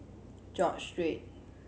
George Street